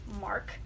mark